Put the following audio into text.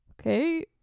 okay